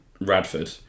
Radford